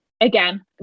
again